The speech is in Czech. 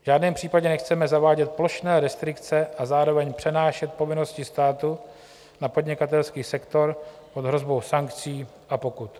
V žádném případě nechceme zavádět plošné restrikce a zároveň přenášet povinnosti státu na podnikatelský sektor pod hrozbou sankcí a pokut.